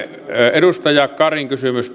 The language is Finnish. edustaja karin kysymys